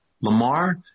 Lamar